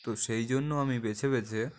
তো সেই জন্য আমি বেছে বেছে